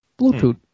Bluetooth